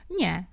nie